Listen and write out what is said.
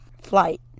flight